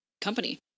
company